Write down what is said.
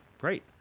great